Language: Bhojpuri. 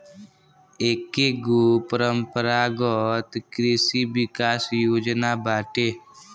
एकेगो परम्परागत कृषि विकास योजना बाटे